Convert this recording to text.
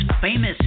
famous